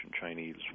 Chinese